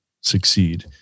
succeed